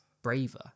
braver